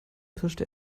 pirschte